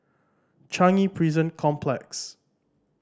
Changi Prison Complex